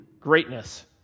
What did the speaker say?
greatness